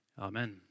Amen